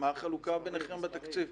מה החלוקה ביניכם בתקציב?